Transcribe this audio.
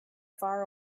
far